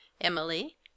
Emily